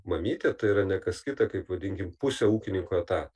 mamytė tai yra ne kas kita kaip vadinkim pusė ūkininko etato